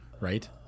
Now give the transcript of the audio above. right